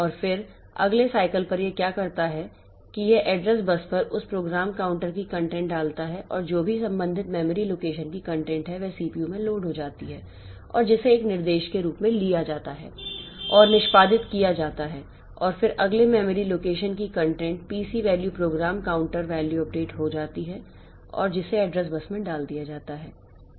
और फिर अगले सायकल पर यह क्या करता है कि यह एड्रेस बस पर उस प्रोग्राम काउंटर की कंटेंट डालता है और जो भी संबंधित मेमोरी लोकेशन की कंटेंट है वह सीपीयू में लोड हो जाती है और जिसे एक निर्देश के रूप में लिया जाता है और निष्पादित किया जाता है और फिर अगले मेमोरी लोकेशन की content PC value program counter value update हो जाती है और जिसे एड्रेस बस में डाल दिया जाता है